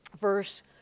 verse